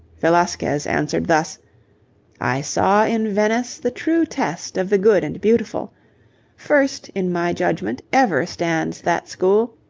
velasquez answered thus i saw in venice the true test of the good and beautiful first, in my judgment, ever stands that school,